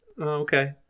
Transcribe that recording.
Okay